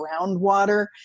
groundwater